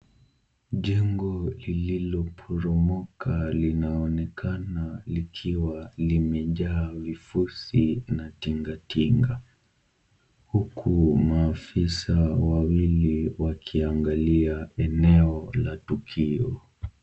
Jengo lililoporomoka linaonekana likiwa limejaa vifusi na tinga tinga huku maafisa wawili wakiangalia eneo la tukio.